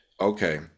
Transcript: Okay